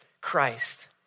Christ